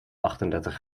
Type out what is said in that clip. achtendertig